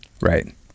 Right